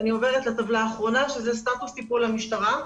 אני עוברת לטבלה האחרונה שהיא סטטוס טיפול המשטרה.